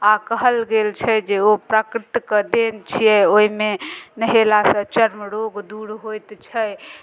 आ कहल गेल छै जे ओ प्राकृतिक देन छियै ओहिमे नहयलासँ चर्म रोग दूर होइत छै